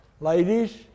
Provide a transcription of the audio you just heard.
Ladies